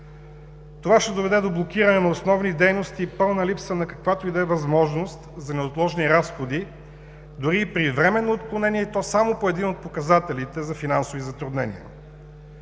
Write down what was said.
Това ще доведе до блокиране на основни дейности и пълна липса на каквато и да е възможност за неотложни разходи, дори и при временно отклонение, и то само по един от показателите за финансови затруднения.